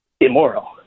immoral